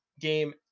game